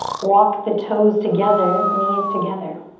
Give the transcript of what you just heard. walk the toes together, knees together.